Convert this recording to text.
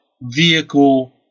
vehicle